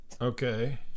Okay